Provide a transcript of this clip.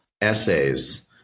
essays